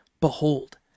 Behold